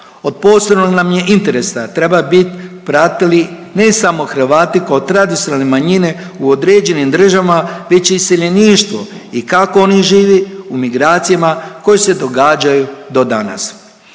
Od posebnog nam je interesa treba bit prate li ne samo Hrvati kao tradicionalne manjine u određenim državama već iseljeništvo i kako ono živi u migracijama koje se događaju do danas.